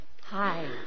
Hi